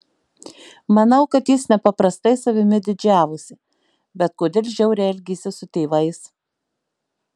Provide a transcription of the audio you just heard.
manau kad jis nepaprastai savimi didžiavosi bet kodėl žiauriai elgėsi su tėvais